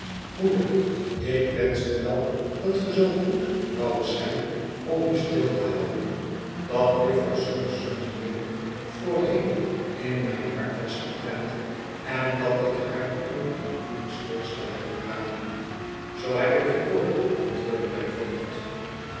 moeder ik wenschte wel dat ge zoo goed woudt zijn om u stil te houden dat jufvrouw summerson's beeld voorheen in mijn hart was geprent en dat ik haar toen een huwelijksvoorstel heb gedaan zoo heb ik gehoord antwoordde mijn voogd